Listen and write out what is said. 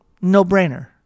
No-brainer